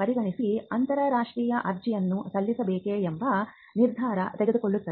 ಪರಿಗಣಿಸಿ ಅಂತರರಾಷ್ಟ್ರೀಯ ಅರ್ಜಿಯನ್ನು ಸಲ್ಲಿಸಬೇಕೆ ಎಂಬ ನಿರ್ಧಾರ ತೆಗೆದುಕೊಳ್ಳುತ್ತದೆ